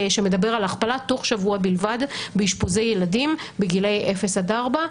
שמדבר על הכפלה תוך שבוע בלבד באשפוזי ילדים בגילאי אפס עד ארבע.